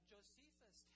Josephus